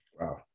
Wow